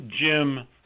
Jim –